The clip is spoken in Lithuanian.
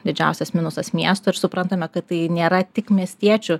didžiausias minusas miesto ir suprantame kad tai nėra tik miestiečių